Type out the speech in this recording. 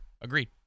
agreed